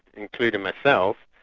including myself,